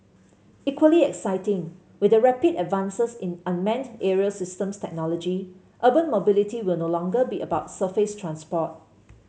equally exciting with the rapid advances in unmanned aerial systems technology urban mobility will no longer be about surface transport